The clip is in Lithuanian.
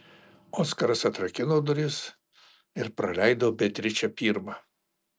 oskaras atrakino duris ir praleido beatričę pirmą